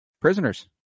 prisoners